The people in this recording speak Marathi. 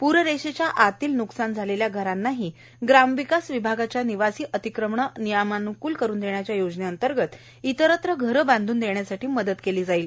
प्ररेषेच्या आतील न्कसान झालेल्या घरांनाही ग्रामविकास विभागाच्या निवासी अतिक्रमणे नियमान्क्ल करुन देण्याच्या योजनेंतर्गत इतरत्र घर बांधून देण्यासाठी मदत केली जाईल